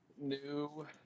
New